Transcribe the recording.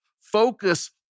focus